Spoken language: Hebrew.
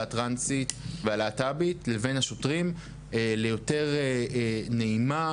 הטרנסית והלהט"בית לבין השוטרים ליותר נעימה,